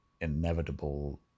inevitable